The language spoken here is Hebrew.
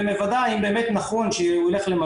ומוודאת אם זה באמת נכון שהוא ילך לבית